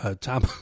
Tom